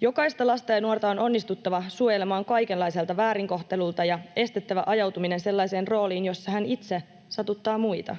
Jokaista lasta ja nuorta on onnistuttava suojelemaan kaikenlaiselta väärinkohtelulta ja estettävä ajautuminen sellaiseen rooliin, jossa hän itse satuttaa muita.